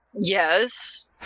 Yes